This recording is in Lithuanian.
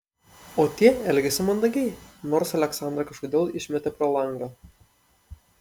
o tie elgėsi mandagiai nors aleksandrą kažkodėl išmetė pro langą